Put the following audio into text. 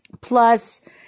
Plus